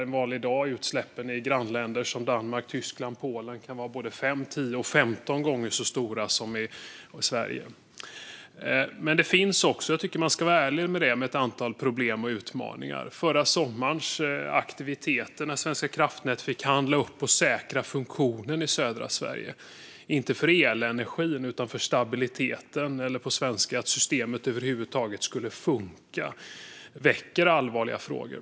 En vanlig dag kan ju utsläppen i grannländer som Danmark, Tyskland och Polen vara både fem, tio och femton gånger så stora som i Sverige. Jag tycker dock att man ska vara ärlig gällande ett antal problem och utmaningar. Förra sommarens aktiviteter, när Svenska kraftnät fick handla upp och säkra funktionen i södra Sverige, inte för elenergin utan för stabiliteten eller på ren svenska för att systemet över huvud taget skulle funka, väcker allvarliga frågor.